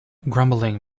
grumbling